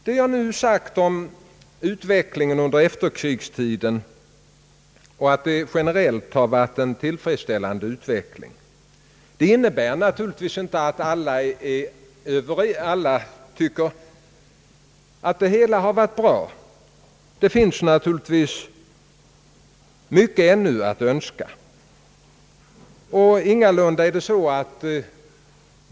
Det jag nu sagt om att utvecklingen under efterkrigstiden generellt har varit tillfredsställande innebär naturligtvis inte, att alla tycker att allting har varit bra. Naturligtvis finns ännu mycket att önska.